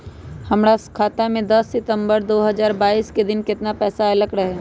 हमरा खाता में दस सितंबर दो हजार बाईस के दिन केतना पैसा अयलक रहे?